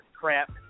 crap